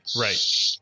Right